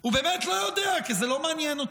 הוא באמת לא יודע, כי זה לא מעניין אותו.